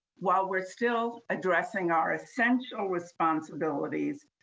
while we're still addressing our essential responsibilities,